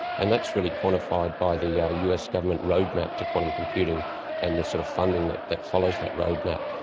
and that's really quantified by the yeah us government roadmap to quantum computing and the sort of funding that that follows that roadmap.